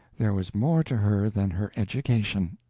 there was more to her than her education.